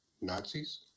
Nazis